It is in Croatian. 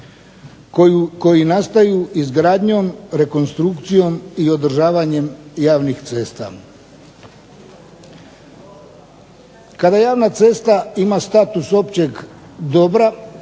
koji nastaju izgradnjom, rekonstrukcijom i održavanjem javnih cesta. Kada javna cesta ima status općeg dobra